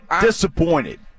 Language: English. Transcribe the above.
Disappointed